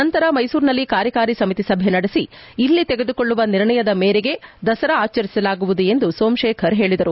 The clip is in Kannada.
ನಂತರ ಮೈಸೂರಿನಲ್ಲಿ ಕಾರ್ಯಕಾರಿ ಸಮಿತಿ ಸಭೆ ನಡೆಸಿ ಇಲ್ಲಿ ತೆಗೆದುಕೊಳ್ಳುವ ನಿರ್ಣಯದ ಮೇರೆಗೆ ದಸರಾವನ್ನು ಆಚರಿಸಲಾಗುವುದು ಎಂದು ಸೋಮಶೇಖರ್ ಹೇಳಿದರು